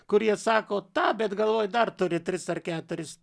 kurie sako tą bet galvoj dar turi tris ar keturis